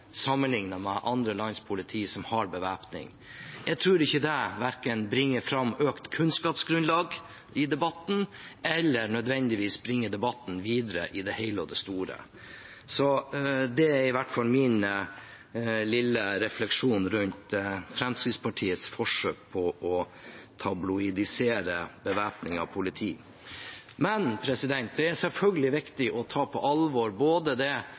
med andre lands politi som har bevæpning. Jeg tror ikke det verken bringer fram økt kunnskapsgrunnlag i debatten eller nødvendigvis bringer debatten videre i det hele og det store. Det er i hvert fall min lille refleksjon rundt Fremskrittspartiets forsøk på å tabloidisere bevæpning av politiet. Men det er selvfølgelig viktig å ta på alvor det både Politiets Fellesforbund, politilederne og andre peker på når det